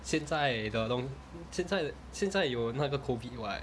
现在的东现在现在有那个 COVID [what]